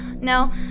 Now